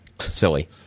silly